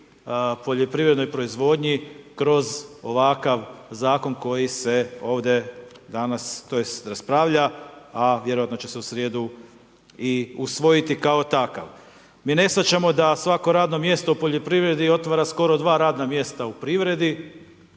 poljoprivrednoj proizvodnji kroz ovakav zakon koji se ovdje danas tj. raspravlja, a vjerojatno će se u srijedu i usvojiti kao takav. Mi ne shvaćamo da svako radno mjesto u poljoprivredi otvara skoro 2 radna mjesta u privredi,